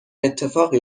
اتفاقی